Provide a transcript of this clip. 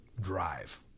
Drive